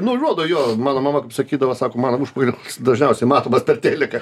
nu rodo jo mano mama kaip sakydavo sako mano užpakalį dažniausiai matomas per tėliką